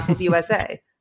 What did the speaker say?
USA